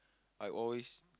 I always